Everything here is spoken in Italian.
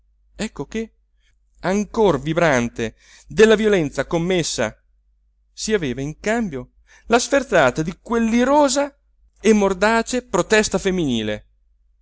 ecco che ancor vibrante della violenza commessa si aveva in cambio la sferzata di quell'irosa e mordace protesta femminile